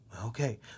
Okay